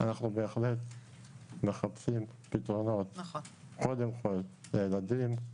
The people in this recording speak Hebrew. אנחנו בהחלט מחפשים פתרונות, קודם כול לילדים,